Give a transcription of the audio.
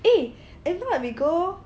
eh if not we go